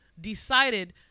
decided